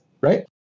Right